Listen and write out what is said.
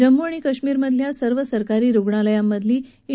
जम्मू आणि काश्मीरमधल्या सर्व सरकारी रुग्णालयांमधली इं